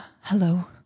Hello